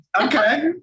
Okay